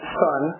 son